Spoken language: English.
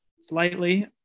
slightly